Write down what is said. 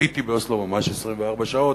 שהיתי באוסלו ממש 24 שעות.